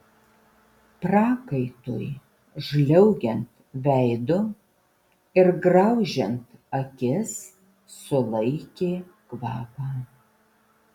prakaitui žliaugiant veidu ir graužiant akis sulaikė kvapą